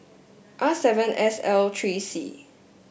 R seven S L three C